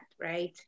right